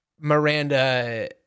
Miranda